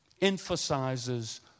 emphasizes